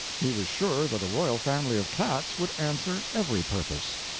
he was sure that a royal family of cats would answer every purpose.